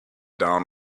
down